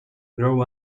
grew